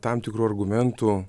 tam tikrų argumentų